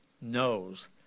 knows